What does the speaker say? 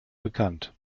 bekannt